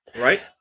right